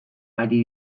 ari